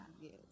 yes